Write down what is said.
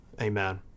Amen